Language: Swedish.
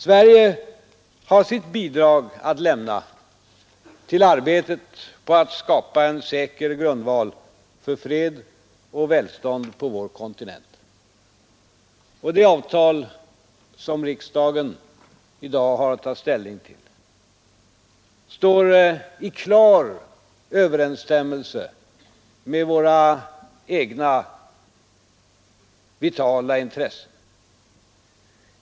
Sverige har sitt bidrag att lämna till arbetet på att skapa en säker grundval för fred och välstånd på vår kontinent. Och det avtal som riksdagen i dag har att ta ställning till står i klar överensstämmelse med våra egna vitala intressen.